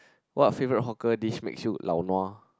what favourite hawker dish makes you lao nua